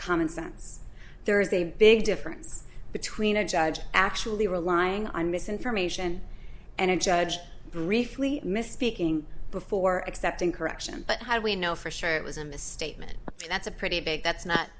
common sense there is a big difference between a judge actually relying on misinformation and a judge briefly misspeaking before accepting correction but how do we know for sure it was a misstatement that's a pretty big that's not